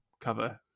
cover